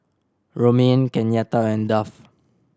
Romaine Kenyatta and Duff